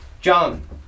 John